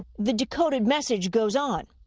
the decoded message goes on.